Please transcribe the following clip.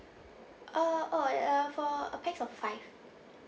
uh oh uh for a pax of five